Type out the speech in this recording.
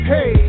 Hey